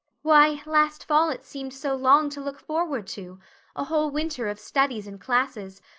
why, last fall it seemed so long to look forward to a whole winter of studies and classes.